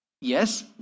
Yes